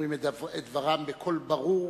אומרים את דבריהם בקול ברור,